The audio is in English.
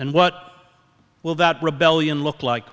and what will that rebellion look like